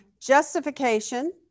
justification